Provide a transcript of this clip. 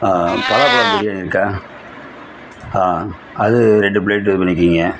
பலாப்பழ பிரியாணி இருக்கா அது ரெண்டு பிளேட் இது பண்ணிக்கோங்க